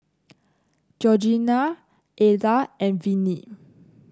Georgeanna Ednah and Viney